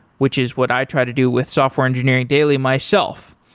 which is what i try to do with software engineering daily myself,